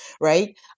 right